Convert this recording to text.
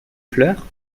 fleurs